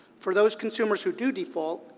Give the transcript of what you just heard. for those consumers who do default,